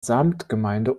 samtgemeinde